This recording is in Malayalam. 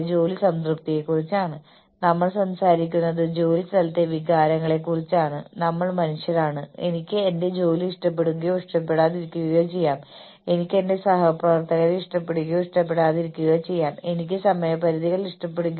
അതിനാൽ ദീർഘകാല തന്ത്രത്തെക്കുറിച്ച് നമ്മൾ സംസാരിക്കുമ്പോൾ ആരാണ് ആസൂത്രണം ചെയ്ത ചുമതലകൾ നിർവഹിക്കാൻ പോകുന്നതെന്നും എങ്ങനെ ഓർഗനൈസേഷൻ പ്രവർത്തിപ്പിക്കുമെന്നും അറിയുന്നത് തന്ത്രത്തിൽ ഉൾപ്പെടുന്നു